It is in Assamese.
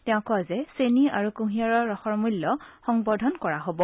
তেওঁ কয় যে চেনী আৰু কৃঁহিয়াৰৰ ৰসৰ মূল্য সংবৰ্ধন কৰা হব